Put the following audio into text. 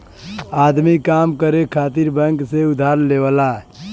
आदमी काम करे खातिर बैंक से उधार लेवला